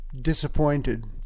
disappointed